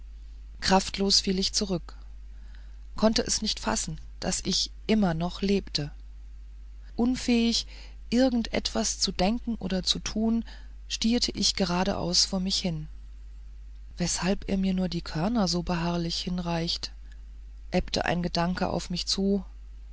kraftlos fiel ich zurück konnte es nicht fassen daß ich immer noch lebte unfähig irgend etwas zu denken oder zu tun stierte ich geradeaus vor mich hin weshalb er mir nur die körner so beharrlich hinreicht ebbte ein gedanke auf mich zu